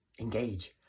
engage